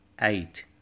eight